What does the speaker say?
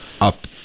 up